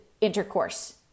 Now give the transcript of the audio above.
intercourse